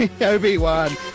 Obi-Wan